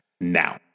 Now